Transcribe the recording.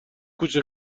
کوچه